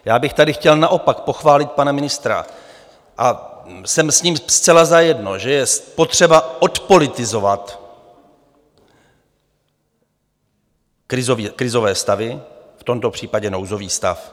Já bych tady chtěl naopak pochválit pana ministra, a jsem s ním zcela zajedno, že je potřeba odpolitizovat krizové stavy, v tomto případě nouzový stav.